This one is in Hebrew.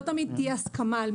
לא תמיד תהיה הסכמה.